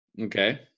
Okay